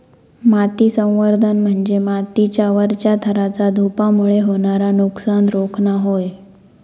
माती संवर्धन म्हणजे मातीच्या वरच्या थराचा धूपामुळे होणारा नुकसान रोखणा होय